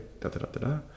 da-da-da-da-da